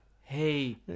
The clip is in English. Hey